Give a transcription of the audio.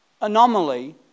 anomaly